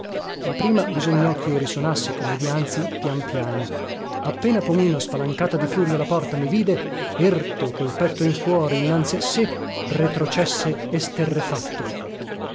ma prima bisognò chio risonassi come dianzi pian piano appena pomino spalancata di furia la porta mi vide erto col petto in fuori innanzi a sé retrocesse esterrefatto